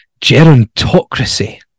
gerontocracy